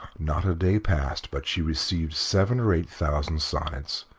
not a day passed but she received seven or eight thousand sonnets,